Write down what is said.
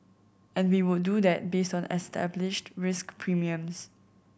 and we would do that based on established risk premiums